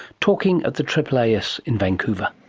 talking at the aaas in vancouver.